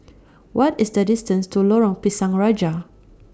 What IS The distance to Lorong Pisang Raja